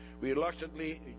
reluctantly